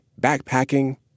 backpacking